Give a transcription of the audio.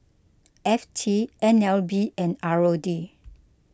F T N L B and R O D